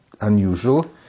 unusual